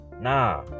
Nah